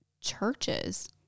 churches